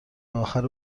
آخر